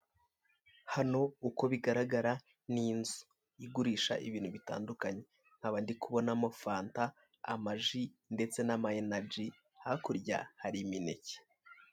Hano uko bigaragara ni inzu igurisha ibintu bitandukanye nka ndikubonamo fanta, amaji ndetse na ma inaji hakurya hari imineke.